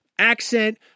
Accent